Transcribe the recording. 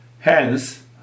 Hence